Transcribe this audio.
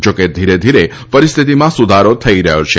જોકે હવે ધીરે ધીરે પરિસ્થિતિમાં સુધારો થઈ રહ્યો છે